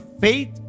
faith